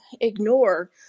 ignore